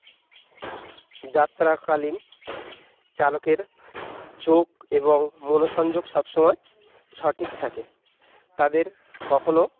যাত্রাকালীন চালকের চোখ এবং মনসংযোগ সব সময় সঠিক থাকে তাদের কখনও